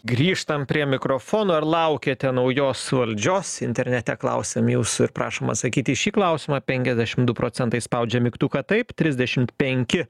grįžtam prie mikrofonų ar laukiate naujos valdžios internete klausiam jūsų ir prašom atsakyti į šį klausimą penkiasdešim du procentai spaudžia mygtuką taip trisdešimt penki